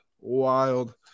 wild